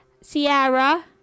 Sierra